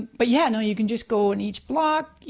but yeah, no, you can just go in each block,